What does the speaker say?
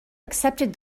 accepted